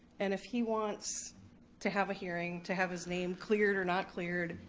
and if he wants to have a hearing, to have his name cleared or not cleared,